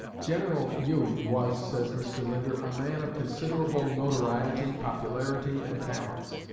general ewing was, says mr. linder, a man of considerable notoriety, popularity, and talents.